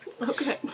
Okay